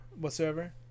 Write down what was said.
whatsoever